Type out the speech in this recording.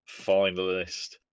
finalist